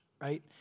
right